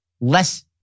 less